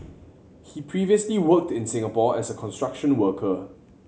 he previously worked in Singapore as a construction worker